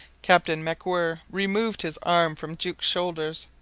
captain macwhirr removed his arm from jukes shoulders,